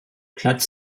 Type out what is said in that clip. platz